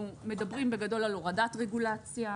אנחנו מדברים על הורדת רגולציה.